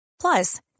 Plus